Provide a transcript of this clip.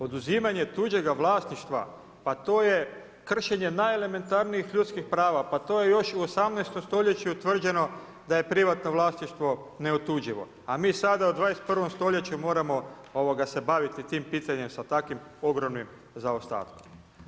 Oduzimanje tuđega vlasništva, pa to je kršenje najelementarnijih ljudskih prava, pa to je još u 18. stoljeću utvrđeno da je privatno vlasništvo neotuđivo, a mi sada u 21. stoljeću moramo se baviti tim pitanjem sa takvim ogromnim zaostatkom.